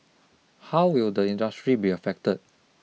how will the industry be affected